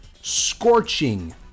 scorching